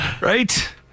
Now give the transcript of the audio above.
Right